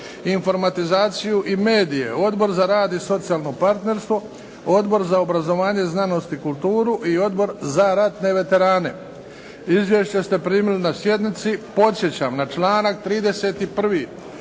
informatizaciju i medije, Odbor za rad i socijalno partnerstvo, Odbor za obrazovanje, znanost i kulturu i Odbor za ratne veterane. Izvješća ste primili na sjednici. Podsjećam na članak 31.